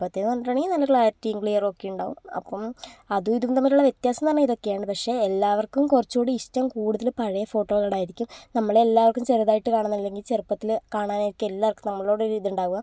ഇപ്പത്തേന്ന് പറഞ്ഞിട്ടുണ്ടെങ്കിൽ നല്ല ക്ലാരിറ്റിയും ക്ലിയറൊക്കെ ഉണ്ടാകും അപ്പം അതും ഇതും തമ്മിലുള്ള വ്യത്യാസം എന്ന് പറഞ്ഞാൽ ഇതൊക്കെയാണ് പക്ഷെ എല്ലാവർക്കും കുറച്ചുംകൂടി ഇഷ്ടം കൂടുതല് പഴയ ഫോട്ടോകളോടായിരിക്കും നമ്മളെ എല്ലാവർക്കും ചെറുതായിട്ട് കാണുന്നത് അല്ലങ്കിൽ ചെറുപ്പത്തിൽ കാണാനായിരിക്കും എല്ലാവർക്കും നമ്മളോട് ഒരിതുണ്ടാവുക